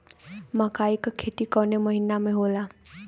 मकई क खेती कवने महीना में होला?